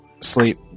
sleep